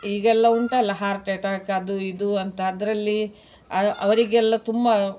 ಈಗೆಲ್ಲ ಉಂಟಲ್ಲ heart attack ಅದು ಇದು ಅಂತ ಅದರಲ್ಲಿ ಅವರಿಗೆಲ್ಲ ತುಂಬ